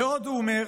ועוד הוא אומר,